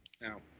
Now